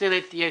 בנצרת יש